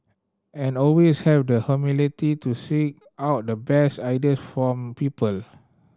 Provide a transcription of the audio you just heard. and always have the humility to seek out the best idea from people